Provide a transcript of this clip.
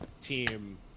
team